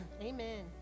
Amen